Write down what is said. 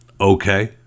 okay